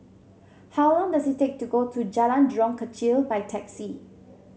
how long does it take to go to Jalan Jurong Kechil by taxi